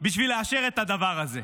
כדי לאשר את הדבר הזה.